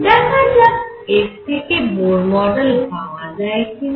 দেখা যাক এর থেকে বোর মডেল পাওয়া যায় কিনা